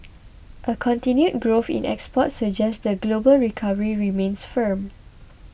a continued growth in exports suggest the global recovery remains firm